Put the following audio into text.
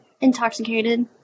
intoxicated